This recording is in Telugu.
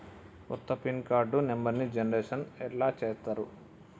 కొత్త పిన్ కార్డు నెంబర్ని జనరేషన్ ఎట్లా చేత్తరు?